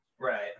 right